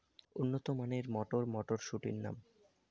উন্নত মানের মটর মটরশুটির নাম?